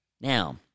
Now